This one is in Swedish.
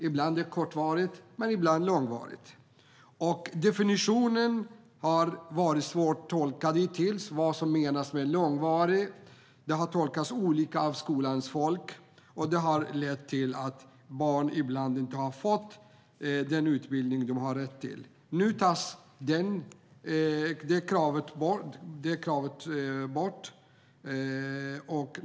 Ibland är det kortvarigt men ibland långvarigt. Definitionen av vad som menas med långvarigt har hittills varit svårtolkad. Det har tolkats olika av skolans folk, vilket lett till att barn ibland inte har fått den utbildning som de har rätt till. Nu tas kravet på långvarig vistelse bort.